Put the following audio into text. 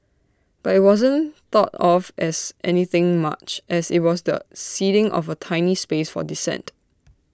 but IT wasn't thought of as anything much as IT was the ceding of A tiny space for dissent